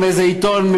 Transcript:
מאיזה עיתון,